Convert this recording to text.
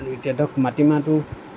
আৰু এতিয়া ধৰক মাটিমাহটো